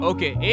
Okay